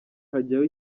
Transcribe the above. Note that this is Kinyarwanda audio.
hajyaho